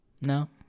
No